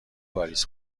واریز